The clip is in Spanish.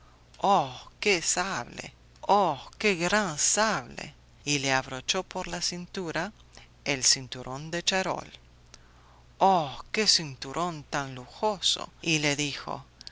oh que sable oh qué gran sable y le abrochó por la cintura el cinturón de charol oh qué cinturón tan lujoso y le dijo